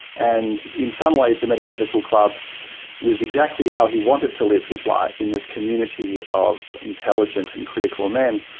and in some ways the metaphysical club was exactly how he wanted to live his life, in this community of intelligent and critical men.